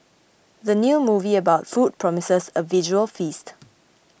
the new movie about food promises a visual feast